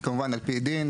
כמובן על פי דין.